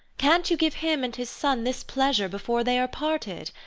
can't you give him and his son this pleasure before they are parted?